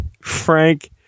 Frank